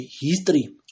history